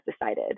decided